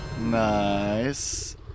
Nice